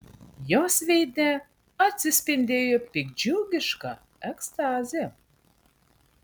jos veide atsispindėjo piktdžiugiška ekstazė